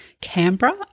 Canberra